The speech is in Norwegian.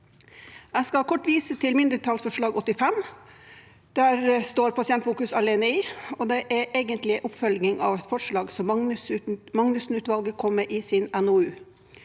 Jeg skal kort vise til mindretallsforslag nr. 85. Det står Pasientfokus alene bak, og det er egentlig en oppfølging av et forslag som Magnussen-utvalget kom med i sin NOU.